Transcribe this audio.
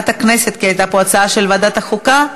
תודה רבה.